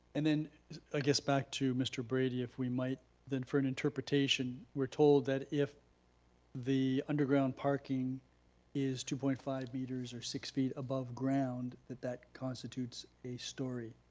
and then i ah guess back to mr. brady if we might then, for an interpretation. we're told that if the underground parking is two point five meters or six feet above ground, that that constitutes a story.